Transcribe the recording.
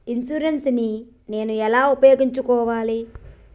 Insurance ని నేను ఎలా వినియోగించుకోవాలి?